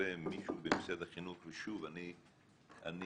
שכנראה מישהו במשרד החינוך, ושוב, אני